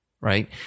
Right